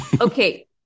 Okay